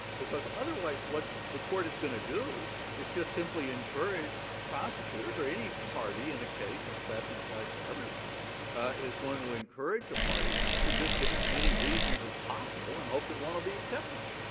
because otherwise, what the court is going to do is just simply encourage prosecutors or any party in a case, since batson applies to everyone is going to encourage a party to just give as many reasons as possible and hope that one will be acceptable.